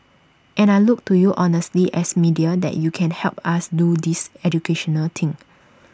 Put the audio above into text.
and I look to you honestly as media that you can help us do this educational thing